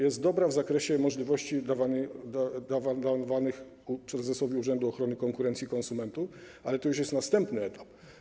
Jest dobra w zakresie możliwości dawanych prezesowi Urzędu Ochrony Konkurencji i Konsumentów, ale to już jest następny etap.